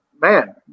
man